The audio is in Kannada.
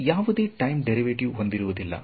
ಯಾವುದೇ ಟೈಂ ಡೇರಿವೆಟಿವ್ ಹೊಂದಿರುವುದಿಲ್ಲ